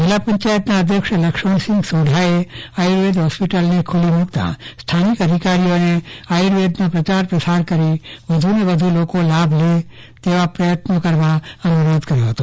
જિલ્લો પંચાયતના અધ્યક્ષશ્રી લક્ષ્મણસિંહ સોઢાએ આયુર્વેદ હોસ્પિતટલને ખુલ્લી મૂકતાં સ્થાલનિક અધિકારીઓને આયુર્વેદનો પ્રચાર પ્રસાર કરી વ્ધુને વ્ધુ લોકો લાભ લેતા થાય તેવા પ્રયત્નો કરવા અનુરોધ કર્યો હતો